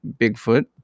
Bigfoot